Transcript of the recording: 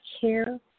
care